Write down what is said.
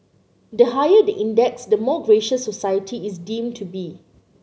the higher the index the more gracious society is deemed to be